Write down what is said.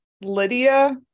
Lydia